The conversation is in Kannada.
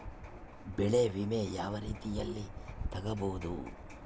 ಬೆಳೆ ವಿಮೆ ಯಾವ ರೇತಿಯಲ್ಲಿ ತಗಬಹುದು?